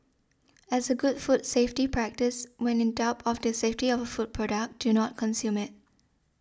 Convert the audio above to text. as a good food safety practice when in doubt of the safety of a food product do not consume it